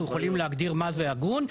אנחנו יכולים להגדיר מה זה הגון.